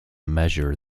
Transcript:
measure